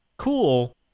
cool